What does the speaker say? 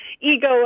ego